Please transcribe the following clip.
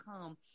come